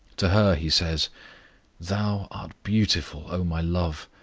to her he says thou art beautiful, o my love,